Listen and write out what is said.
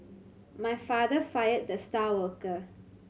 my father fired the star worker